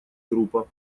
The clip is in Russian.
группа